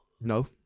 No